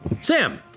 Sam